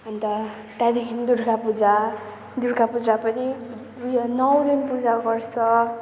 अन्त त्यहाँदेखि दुर्गापूजा दुर्गापूजा पनि उयो नौ दिन पूजा गर्छ